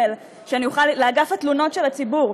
לאגף התלונות של הציבור,